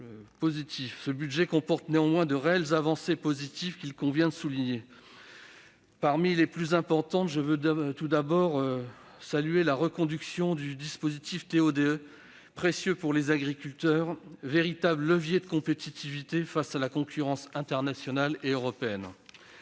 Ce budget comporte de réelles avancées qu'il convient de souligner. Parmi les plus importantes, je veux tout d'abord saluer la reconduction du dispositif TO-DE, précieux pour les agriculteurs et véritable levier de compétitivité face à la concurrence internationale et européenne.